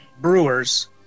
Brewers